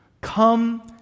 Come